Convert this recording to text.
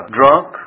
drunk